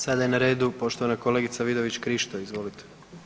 Sada je na redu poštovana kolegice Vidović Krišto, izvolite.